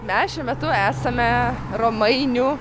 mes šiuo metu esame romainių